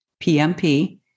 PMP